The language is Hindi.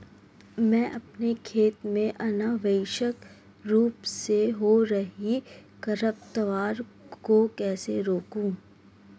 मैं अपने खेत में अनावश्यक रूप से हो रहे खरपतवार को कैसे रोकूं?